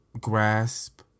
grasp